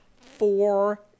four